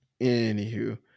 anywho